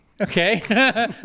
Okay